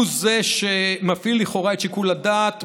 הוא זה שמפעיל לכאורה את שיקול הדעת,